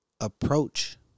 approach